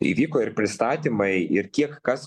įvyko ir pristatymai ir kiek kas